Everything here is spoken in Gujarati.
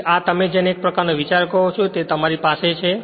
તેથી આ તમે જેને તે એક પ્રકારનો વિચાર કહો છો તે તમારી પાસે છે